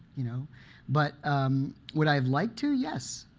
you know but um would have liked to? yes.